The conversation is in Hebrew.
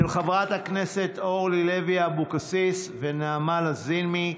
של חברות הכנסת אורלי לוי אבקסיס ונעמה לזימי.